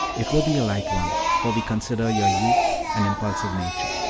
it will be a light one, for we consider your youth and impulsive nature,